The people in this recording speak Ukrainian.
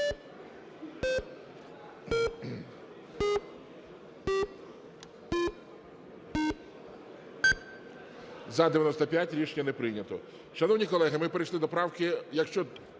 За-90 Рішення не прийнято.